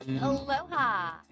Aloha